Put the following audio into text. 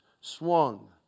swung